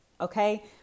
Okay